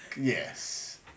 Yes